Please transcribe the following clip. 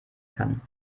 kann